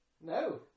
no